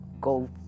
go